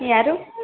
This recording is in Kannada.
ಯಾರು